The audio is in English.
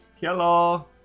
Hello